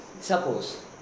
Suppose